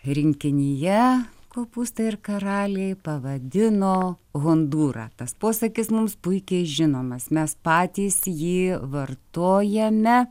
rinkinyje kopūstai ir karaliai pavadino hondūrą tas posakis mums puikiai žinomas mes patys jį vartojame